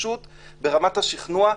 ברמת השכנוע,